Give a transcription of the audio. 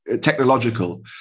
technological